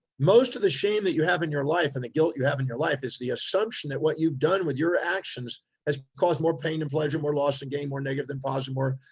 most of the shame that you have in your life and the guilt you have in your life is the assumption that what you've done with your actions has caused more pain than pleasure, more loss than gain, more negative than positive, more